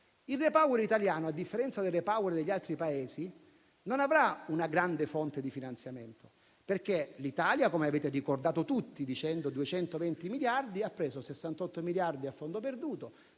Il REPower italiano, a differenza di quello degli altri Paesi, non avrà una grande fonte di finanziamento perché l'Italia, come tutti avete ricordato parlando di 220 miliardi, ha preso 68 miliardi a fondo perduto,